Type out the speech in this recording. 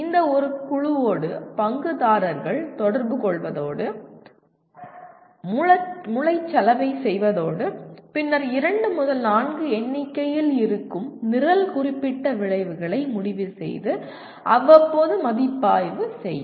இந்த குழுவோடு பங்குதாரர்கள் தொடர்பு கொள்வதோடு மூளைச்சலவை செய்வதோடு பின்னர் இரண்டு முதல் நான்கு எண்ணிக்கையில் இருக்கும் நிரல் குறிப்பிட்ட விளைவுகளை முடிவு செய்து அவ்வப்போது மதிப்பாய்வு செய்யும்